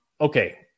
Okay